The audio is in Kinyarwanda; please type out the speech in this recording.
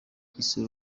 isi